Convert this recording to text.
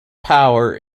power